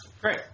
Great